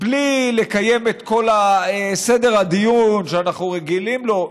בלי לקיים את כל סדר הדיון שאנחנו רגילים לו.